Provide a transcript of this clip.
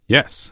Yes